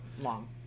Long